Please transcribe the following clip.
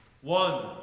One